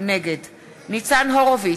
נגד ניצן הורוביץ,